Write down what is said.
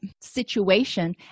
situation